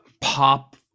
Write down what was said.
pop